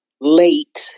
late